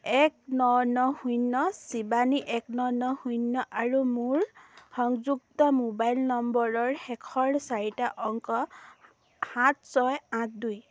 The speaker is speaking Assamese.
এক ন ন শূন্য আৰু মোৰ সংযুক্ত মোবাইল নম্বৰৰ শেষৰ চাৰিটা অংক সাত ছয় আঠ দুই